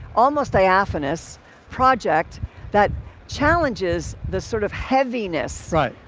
almost diaphanous project that challenges this sort of heaviness. right.